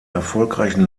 erfolgreichen